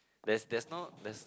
that's that's no that's